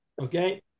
Okay